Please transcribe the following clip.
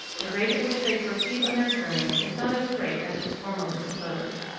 the rate at which they proceed on their journey is not as great as was formerly supposed.